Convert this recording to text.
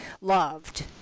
loved